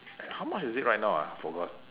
how much is it right now ah forgot